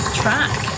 track